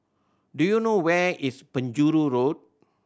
do you know where is Penjuru Road